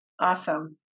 awesome